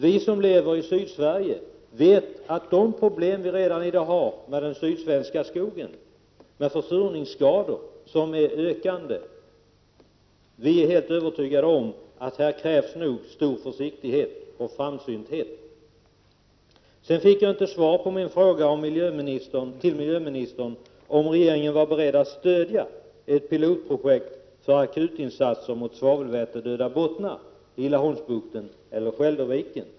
Vi som lever i Sydsverige med de problem vi redan i dag har med ökande försurningsskador i den sydsvenska skogen är helt övertygade om att här krävs stor försiktighet och framsynthet. Jag fick inte svar på min fråga om miljöministern var beredd att stödja ett pilotprojekt för akutinsatser mot svavelvätedöda bottnar i Laholmsbukten eller Skälderviken.